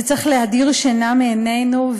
זה צריך להדיר שינה מעינינו.